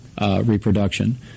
reproduction